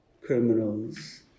criminals